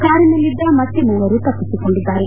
ಕಾರಿನಲ್ಲಿದ್ದ ಮತ್ತೆ ಮೂವರು ತಪ್ಪಿಸಿಕೊಂಡಿದ್ದಾರೆ